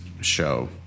show